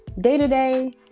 day-to-day